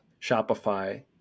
Shopify